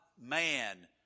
man